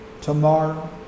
tomorrow